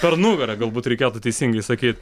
per nugarą galbūt reikėtų teisingai sakyt